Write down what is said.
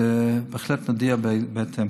ובהחלט נודיע בהתאם.